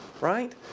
right